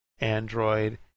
Android